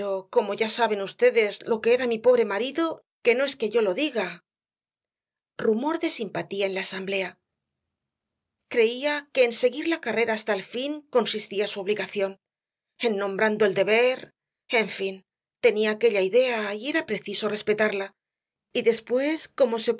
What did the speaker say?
como ya saben vds lo que era mi pobre marido que no es que yo lo diga rumor de simpatía en la asamblea creía que en seguir la carrera hasta el fin consistía su obligación en nombrando al deber en fin tenía aquella idea y era preciso respetarla y después como se puso